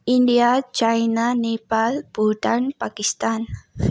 India China Nepal Bhutan Pakistan